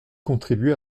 contribué